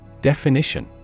Definition